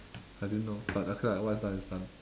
I didn't know but okay lah what is done is done